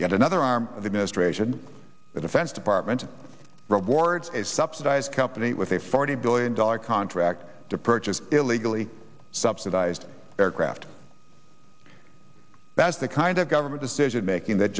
yet another arm of administration the defense department rewards a subsidized company with a forty billion dollar contract to purchase illegally subsidized aircraft that's the kind of government decision making that